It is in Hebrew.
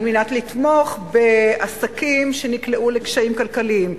על מנת לתמוך בעסקים שנקלעו לקשיים כלכליים.